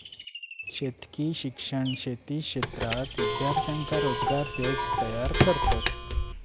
शेतकी शिक्षण शेती क्षेत्रात विद्यार्थ्यांका रोजगार देऊक तयार करतत